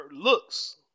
looks